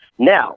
Now